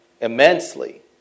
immensely